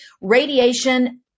Radiation